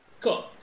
Cool